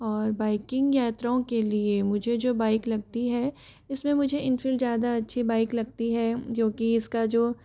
और बाइकिंग यात्राओं के लिए मुझे जो बाइक लगती है उसमें मुझे इनफील्ड ज़्यादा अच्छी लगती है जो के इसका जो